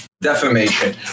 Defamation